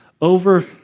over